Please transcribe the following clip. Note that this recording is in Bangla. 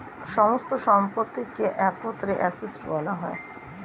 সমস্ত সম্পত্তিকে একত্রে অ্যাসেট্ বলা হয়